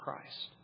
Christ